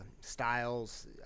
styles